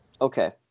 Okay